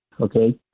Okay